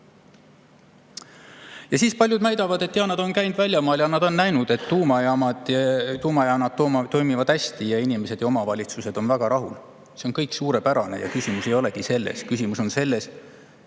Ja siis paljud väidavad, et nad on käinud väljamaal ja nad on näinud, et tuumajaamad toimivad hästi ning inimesed ja omavalitsused on väga rahul. See on kõik suurepärane ja küsimus ei olegi selles. Küsimus on selles,